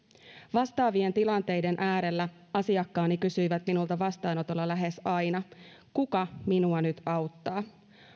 vastaavien tilanteiden äärellä asiakkaani kysyivät minulta vastaanotolla lähes aina kuka minua nyt auttaa